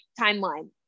timeline